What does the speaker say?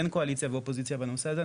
אין קואליציה ואופוזיציה בנושא הזה,